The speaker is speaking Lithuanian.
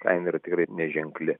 kaina yra tikrai neženkli